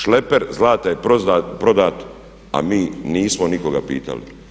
Šleper zlata je prodan a mi nismo nikoga pitali.